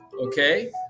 Okay